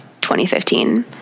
2015